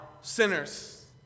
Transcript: sinners